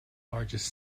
largest